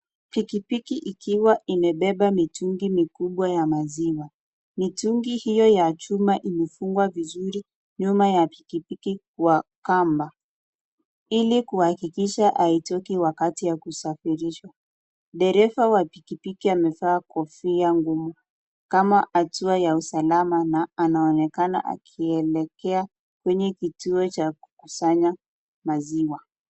Pikipiki ikiwa imebeba mitungi mikubwa ya maziwa. Mitungi hiyo ya chuma imefungwa vizuri nyuma ya pikipiki kwa kamba ili kuhakikisha haitoki wakati wa kusafirisha. Dereva wa pikipiki amevaa kofia ngumu kama hatua ya usalama na anaonekana akielekea kwenye kituo cha kukusanya maziwa.